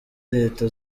leta